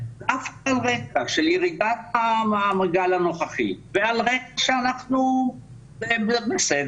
דווקא על רקע של ירידת הגל הנוכחי ועל רקע שאנחנו בסדר,